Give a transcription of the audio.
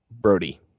Brody